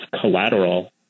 collateral